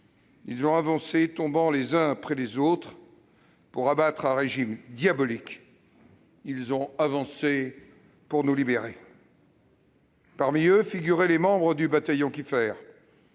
ils ont avancé, tombant les uns après les autres, pour abattre un régime diabolique ; ils ont avancé pour nous libérer. Parmi eux, figuraient les membres du bataillon Kieffer,